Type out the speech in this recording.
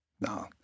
No